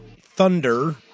Thunder